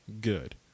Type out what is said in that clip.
good